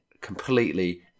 completely